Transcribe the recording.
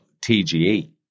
TGE